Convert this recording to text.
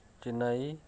Chennai